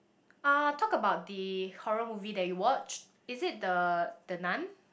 uh talk about the horror movie that you watch is it the the Nun